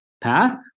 path